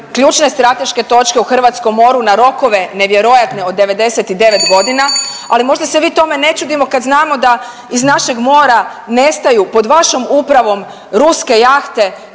ključne strateške točke u hrvatskom moru na rokove nevjerojatne od 99.g., ali možda se mi tome ne čudimo kad znamo da iz našeg mora nestaju pod vašom upravom ruske jahte